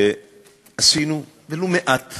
שעשינו ולו מעט